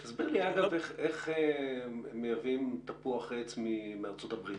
תסביר לי איך מייבאים תפוח עץ מארצות הברית.